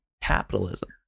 capitalism